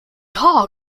hog